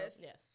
Yes